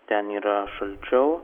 ten yra šalčiau